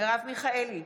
מרב מיכאלי,